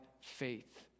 faith